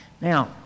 Now